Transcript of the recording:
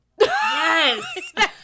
Yes